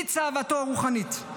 היא צוואתו הרוחנית.